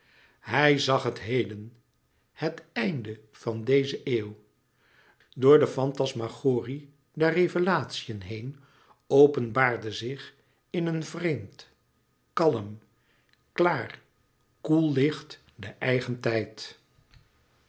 hij zàg het heden het einde van deze eeuw door de fantasmagorie der revelatiën heen openbaarde zich in een vreemd kalm klaar koel licht de eigen tijd